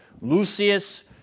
Lucius